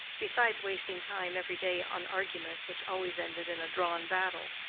besides wasting time every day on argument which always ended in a drawn battle.